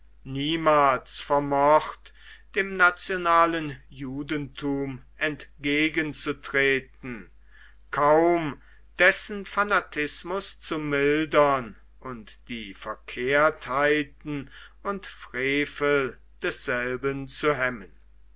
niemals vermocht dem nationalen judentum entgegenzutreten kaum dessen fanatismus zu mildern und die verkehrtheiten und frevel desselben zu hemmen